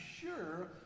sure